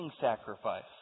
sacrifice